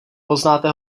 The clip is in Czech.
poznáte